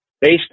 based